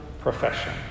profession